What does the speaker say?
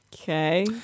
Okay